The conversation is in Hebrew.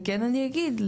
וכן אני אגיד,